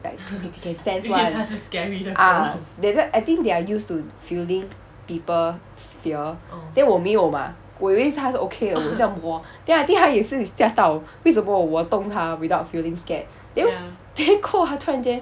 like they can sense [one] ah I think they are used to feeling people's fear then 我没有吗我以为它是 okay 的我这样莫 then I think 它也是吓到为什么我动它 without feeling scared then then 过后它突然间